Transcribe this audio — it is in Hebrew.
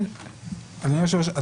אדוני היושב-ראש,